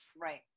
right